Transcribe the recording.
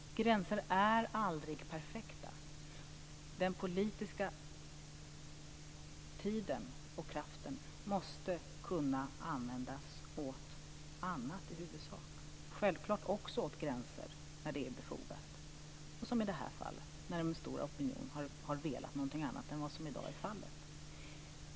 Gränser är aldrig perfekta. Den politiska tiden och kraften måste kunna användas till i huvudsak annat. Självklart ska den också användas till gränser när det är befogat och som i detta fall när en stor opinion har velat någonting annat än vad som i dag är fallet.